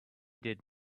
did